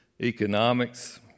economics